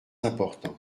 important